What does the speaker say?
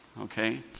okay